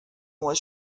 was